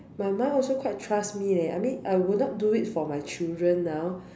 my mom also quite trust me leh I mean I would not do it for my children now